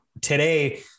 today